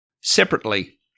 separately